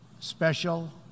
Special